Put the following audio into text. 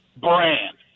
brand